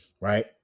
right